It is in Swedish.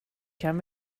kan